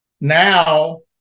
now